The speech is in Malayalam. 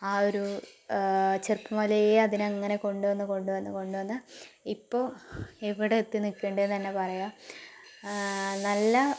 ആ ഒരു ചെറുപ്പം മുതലേ അതിനെ അങ്ങനെ കൊണ്ടുവന്നു കൊണ്ടുവന്നു കൊണ്ടുവന്ന് ഇപ്പോൾ ഇവിടെ എത്തി നിൽക്കുന്നുണ്ട് എന്നുതന്നെ പറയാം നല്ല